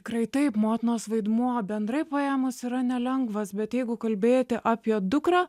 tikrai taip motinos vaidmuo bendrai paėmus yra nelengvas bet jeigu kalbėti apie dukrą